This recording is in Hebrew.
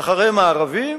ואחריהם הערבים,